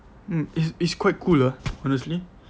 mm it's it's quite cool lah honestly